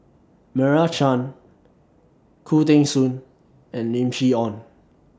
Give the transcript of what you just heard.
Meira Chand Khoo Teng Soon and Lim Chee Onn